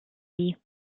see